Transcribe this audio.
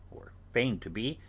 or feign to be,